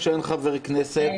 צודק.